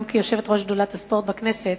גם כיושבת-ראש שדולת הספורט בכנסת,